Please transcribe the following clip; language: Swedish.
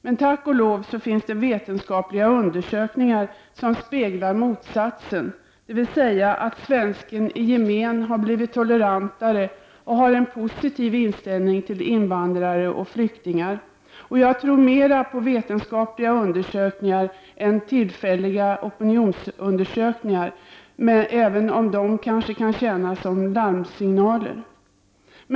Men tack och lov så finns det vetenskapliga undersökningar som speglar motsatsen, dvs. att svensken i gemen har blivit tolerantare och har en positiv inställning till invandrare och flyktingar. Jag tror mera på vetenskapliga undersökningar än på tillfälliga opinionsundersökningar, även om de kanske kan tjäna som larmsignaler.